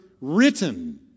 written